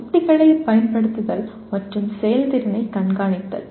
உத்திகளைப் பயன்படுத்துதல் மற்றும் செயல்திறனைக் கண்காணித்தல்